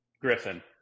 Griffin